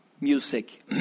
music